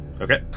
Okay